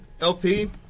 LP